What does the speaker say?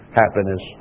happiness